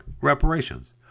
reparations